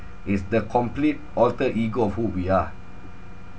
is the complete alter ego of who we are